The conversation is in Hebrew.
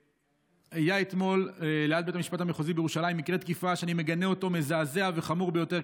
היה אתמול ליד בית המשפט המחוזי בירושלים מקרה תקיפה מזעזע וחמור ביותר,